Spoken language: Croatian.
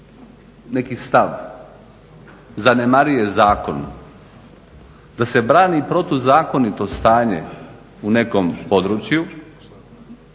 neki stav zanemaruje zakon, da se brani protuzakonito stanje u nekom području